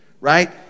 Right